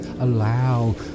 Allow